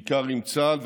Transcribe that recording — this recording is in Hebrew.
בעיקר עם צה"ל,